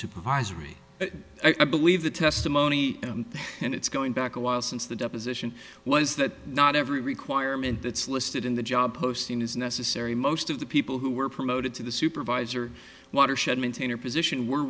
supervisory i believe the testimony and it's going back a while since the deposition was that not every requirement that's listed in the job posting is necessary most of the people who were promoted to the supervisor watershed maintainer position were